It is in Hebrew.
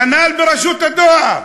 כנ"ל ברשות הדואר.